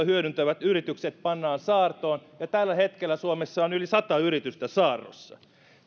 hyödyntävät yritykset pannaan saartoon tällä hetkellä suomessa on yli sata yritystä saarrossa